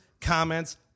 comments